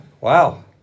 Wow